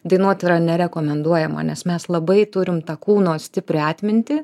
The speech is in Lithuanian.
dainuot yra nerekomenduojama nes mes labai turim tą kūno stiprią atmintį